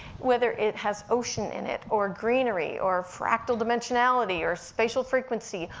whether it has ocean in it, or greenery, or fractal dimensionality, or spatial frequency,